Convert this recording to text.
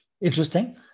interesting